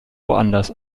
woanders